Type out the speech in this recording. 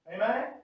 Amen